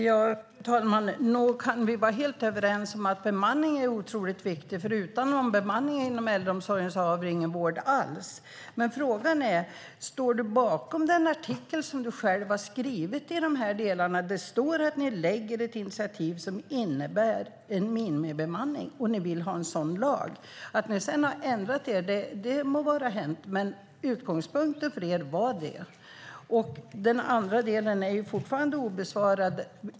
Fru talman! Nog kan vi vara helt överens om att bemanning är otroligt viktigt, för utan någon bemanning inom äldreomsorgen har vi ingen vård alls. Men frågan är: Står du bakom den artikel som du själv har skrivit i de här delarna? Det står att ni väcker ett initiativ som innebär en minimibemanning, och ni vill ha en sådan lag. Det må vara hänt att ni sedan har ändrat er, men det här var utgångspunkten för er. Den andra delen är fortfarande obesvarad.